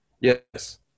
yes